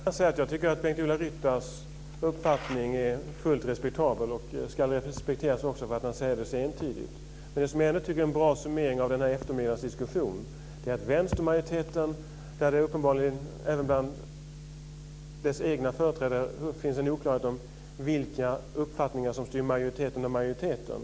Fru talman! Jag tycker att Bengt-Ola Ryttars uppfattning är fullt respektabel, och den ska respekteras också för att han säger det så entydigt. Jag tycker att det är en bra summering av den här eftermiddagens diskussion. Det finns uppenbarligen även bland vänstermajoritetens egna företrädare en oklarhet om vilka uppfattningar som styr majoriteten av majoriteten.